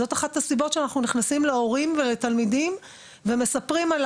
זו אחת הסיבות שאנחנו נכנסים להורים ותלמידים ומספרים על